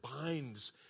binds